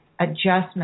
adjustment